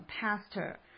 pastor